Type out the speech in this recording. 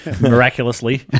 miraculously